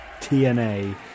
TNA